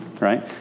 Right